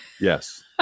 Yes